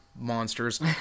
monsters